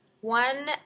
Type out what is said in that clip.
One